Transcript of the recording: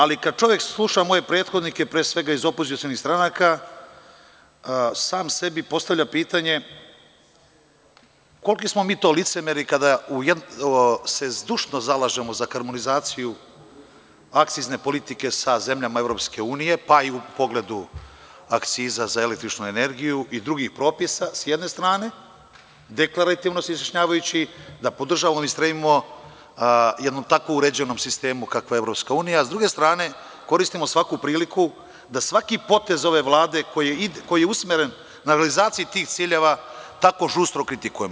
Ali, kada čovek sluša moje prethodnike, pre svega iz opozicionih stranaka, sam sebi postavlja pitanje - koliki smo mi to licemeri kada se zdušno zalažemo za harmonizaciju akcizne politike sa zemljama EU, pa i u pogledu akciza za električnu energiju i drugih propisa, sa jedne strane deklarativno se izjašnjavajući da podržavamo i stremimo jednom tako uređenom sistemu kakva je EU, a sa druge strane koristimo svaku priliku da svaki potez ove Vlade koji je usmeren na realizaciju tih ciljeva tako žustro kritikujemo?